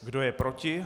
Kdo je proti?